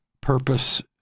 purpose